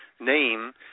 Name